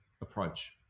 approach